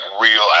real